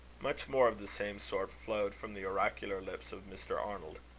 much more of the same sort flowed from the oracular lips of mr. arnold.